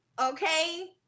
Okay